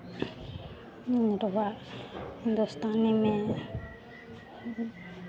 निरहुआ हिन्दुस्तानी में